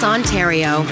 Ontario